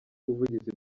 ubuvugizi